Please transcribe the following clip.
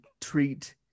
treat